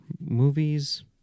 movies